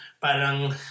parang